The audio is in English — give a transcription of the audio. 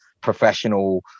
professional